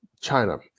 China